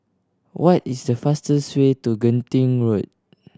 what is the fastest way to Genting Road